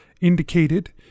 indicated